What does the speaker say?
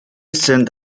sind